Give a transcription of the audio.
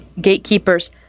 gatekeepers